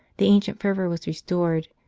the ancient fervour was restored,